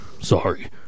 Sorry